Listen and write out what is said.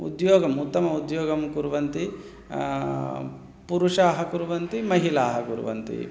उद्योगम् उत्तम उद्योगं कुर्वन्ति पुरुषाः कुर्वन्ति महिलाः कुर्वन्ति